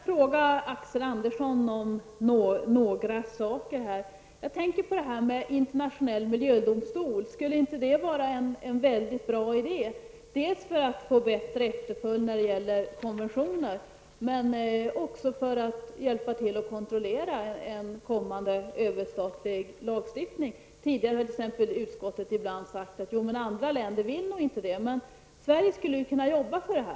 Fru talman! Jag skulle bara vilja ställa några frågor till Axel Andersson. Skulle det inte vara bra med en internationell miljödomstol, dels för att man skulle få bättre efterföljd när det gäller konventioner, dels för att man skulle kunna hjälpa till att kontrollera en kommande överstatlig lagstiftning? Tidigare har utskottet ibland sagt att andra länder inte vill ha det, men Sverige skulle ju kunna arbeta för detta.